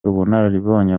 ubunararibonye